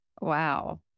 wow